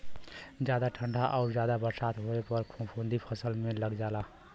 जादा ठंडा आउर जादा बरसात होए पर फफूंदी फसल में लग जाला